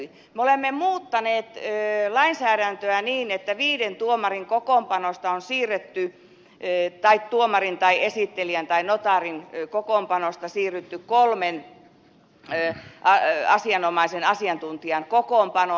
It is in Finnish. me olemme muuttaneet lainsäädäntöä niin että viiden tuomarin kokoonpanosta on siirretty ei tai tuomarin tai esittelijän tai notaarin kokoonpanosta on siirrytty kolmen asianomaisen asiantuntijan kokoonpanoon